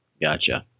Gotcha